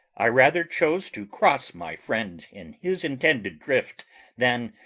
i rather chose to cross my friend in his intended drift than,